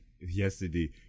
yesterday